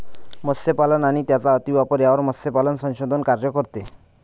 मत्स्यपालन आणि त्यांचा अतिवापर यावर मत्स्यपालन संशोधन कार्य करते